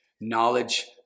Knowledge